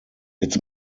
its